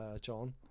John